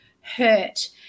hurt